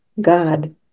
God